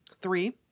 three